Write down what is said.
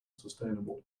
sustainable